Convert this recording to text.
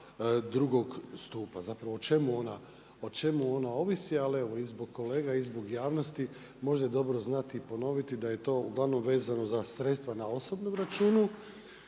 drugog stupa, zapravo o čemu ona, o čemu ona ovisi. Ali evo i zbog kolega i zbog javnosti možda je dobro znati i ponoviti da je to uglavnom vezano za sredstva na osobnom računu.